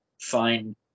find